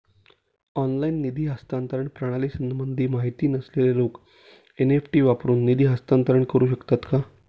Online निधी हस्तांतरण प्रणालीसंबंधी माहिती नसलेले लोक एन.इ.एफ.टी वरून निधी हस्तांतरण करू शकतात का?